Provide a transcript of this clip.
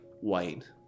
white